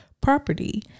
property